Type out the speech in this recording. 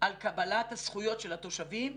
על קבלת הזכויות של התושבים,